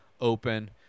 open